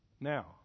Now